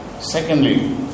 Secondly